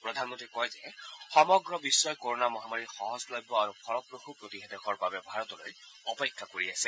প্ৰধানমন্তীয়ে কয় যে সমগ্ৰ বিগ্নই ক'ৰ'না মহামাৰীৰ সহজলভ্য আৰু ফলপ্ৰসূ প্ৰতিষেধকৰ বাবে ভাৰতলৈ অপেক্ষা কৰি আছে